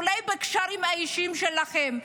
אולי בקשרים האישיים שלכם,